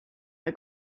her